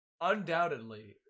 Undoubtedly